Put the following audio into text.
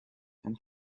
and